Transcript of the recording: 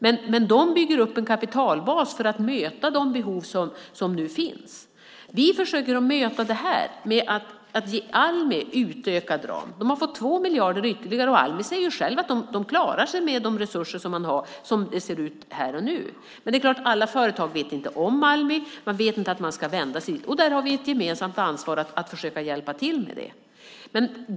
Men bankerna bygger upp en kapitalbas för att möta de behov som nu finns. Vi försöker möta det här med att ge Almi en utökad ram. De har fått 2 miljarder ytterligare. Och på Almi säger de själva att de klarar sig med de resurser som de har som det ser ut här och nu. Men alla företag känner inte till Almi, de vet inte att de ska vända sig dit. Där har vi ett gemensamt ansvar att försöka hjälpa till med det.